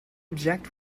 object